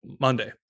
Monday